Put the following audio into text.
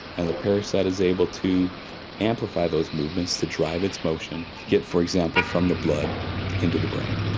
and the parasite is able to amplify those movements to drive its motion, get, for example, from the blood into the brain.